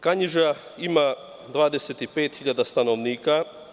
Kanjiža ima 25.000 stanovnika.